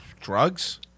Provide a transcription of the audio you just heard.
Drugs